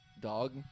dog